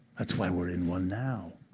that's why we're in one now.